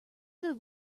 good